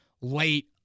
late